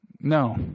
No